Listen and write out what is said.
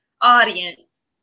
audience